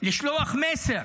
לשלוח מסר.